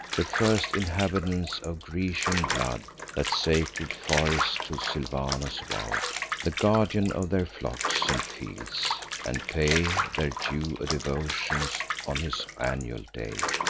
the first inhabitants of grecian blood, that sacred forest to silvanus vow'd, the guardian of their flocks and fields and pay their due devotions on his annual day.